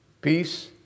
peace